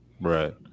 Right